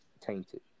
tainted